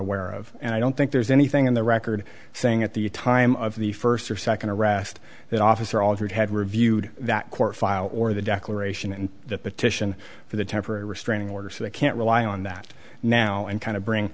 aware of and i don't think there's anything in the record saying at the time of the first or second arrest that officer altered had reviewed that court file or the declaration and the petition for the temporary restraining order so i can't rely on that now and kind of bring